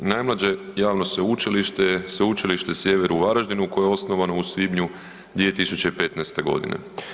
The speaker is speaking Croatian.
Najmlađe javno sveučilište je Sveučilište Sjever u Varaždinu koje je osnovano u svibnju 2015. godine.